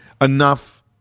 enough